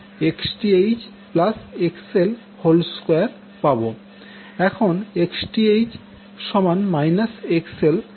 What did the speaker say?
এখন আমরা Xth XL এই সমীকরণে বসাব